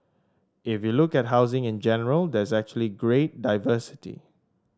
if you look at housing in general there's actually great diversity